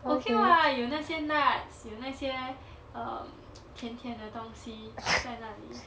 okay [what] 有那些 nuts 有那些 um 甜甜的东西在那里